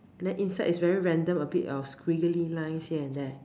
then inside is very random a bit of squiggly lines here and there